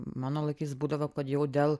mano laikais būdavo kad jau dėl